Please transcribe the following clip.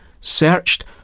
searched